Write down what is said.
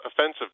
offensive